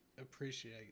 appreciate